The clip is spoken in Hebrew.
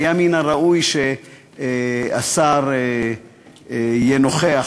היה מן הראוי שהשר יהיה נוכח